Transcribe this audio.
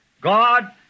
God